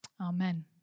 Amen